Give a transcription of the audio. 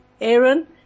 Aaron